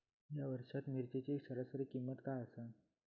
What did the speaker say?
या वर्षात मिरचीची सरासरी किंमत काय आसा?